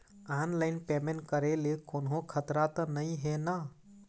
Online payment करे ले कोन्हो खतरा त नई हे न?